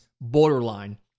borderline